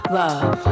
love